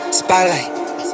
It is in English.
spotlight